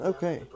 Okay